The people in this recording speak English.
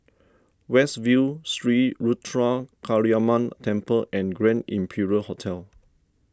West View Sri Ruthra Kaliamman Temple and Grand Imperial Hotel